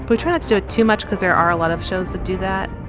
but too too much cause there are a lot of shows that do that,